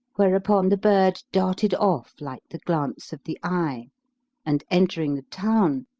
whereupon the bird darted off like the glance of the eye and, entering the town,